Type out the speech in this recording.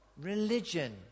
religion